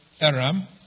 Aram